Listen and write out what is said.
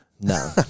No